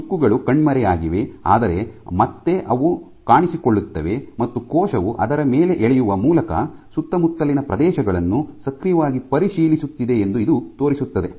ಈ ಸುಕ್ಕುಗಳು ಕಣ್ಮರೆಯಾಗಿವೆ ಆದರೆ ಮತ್ತೆ ಅವು ಕಾಣಿಸಿಕೊಳ್ಳುತ್ತವೆ ಮತ್ತು ಕೋಶವು ಅದರ ಮೇಲೆ ಎಳೆಯುವ ಮೂಲಕ ಸುತ್ತಮುತ್ತಲಿನ ಪ್ರದೇಶಗಳನ್ನು ಸಕ್ರಿಯವಾಗಿ ಪರಿಶೀಲಿಸುತ್ತಿದೆ ಎಂದು ಇದು ತೋರಿಸುತ್ತದೆ